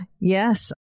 Yes